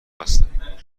هستم